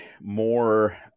more